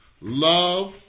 love